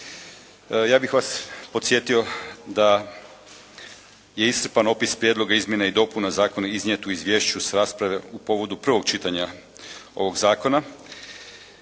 Ja bih vas podsjetio da je iscrpan opis prijedloga izmjene i dopuna zakona iznijet u izvješću sa rasprave u povodu prvog čitanja ovog zakona